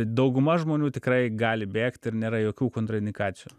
dauguma žmonių tikrai gali bėgt ir nėra jokių kontraindikacijų